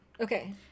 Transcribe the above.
Okay